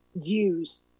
use